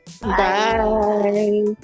Bye